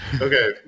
Okay